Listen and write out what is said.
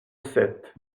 sept